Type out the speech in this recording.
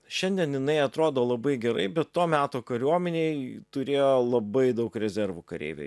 šiandien jinai atrodo labai gerai bet to meto kariuomenėj turėjo labai daug rezervų kareiviai